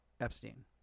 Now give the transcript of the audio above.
Epstein